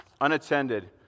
unattended